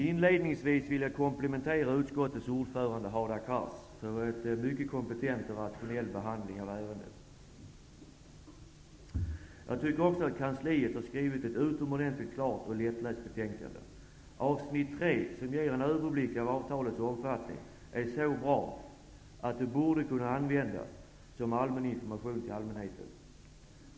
Herr talman! Jag vill inledningsvis komplimentera utskottets ordförande Hadar Cars för ett mycket kompetent och rationell behandling av ärendet. jag tycker också att kansliet har skrivet ett utomordentligt klart och lättläst betänkande. Avsnitt tre, som ger en överblick av avtalets omfattning, är så bra att det borde kunna användas som allmän information till allmänheten.